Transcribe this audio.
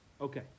Okay